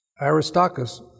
Aristarchus